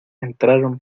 entraron